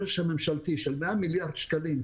הרכש הממשלתי של מאה מיליארד שקלים,